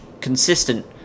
consistent